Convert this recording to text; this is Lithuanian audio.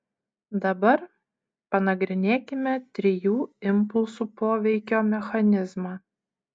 dabar panagrinėkime trijų impulsų poveikio mechanizmą